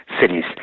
Cities